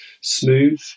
smooth